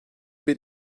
bir